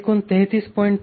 ते एकूण 33